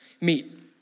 meet